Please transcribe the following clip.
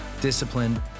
disciplined